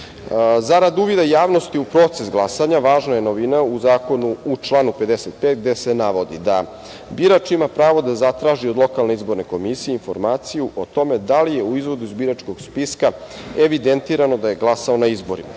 hitan. Zarad uvida javnosti u proces glasanja, važna je novina u Zakonu, u članu 55, gde se navodi da birač ima pravo da zatraži od lokalne izborne komisije informaciju o tome da li je u izvodu iz biračkog spiska evidentirano da je glasao na izborima.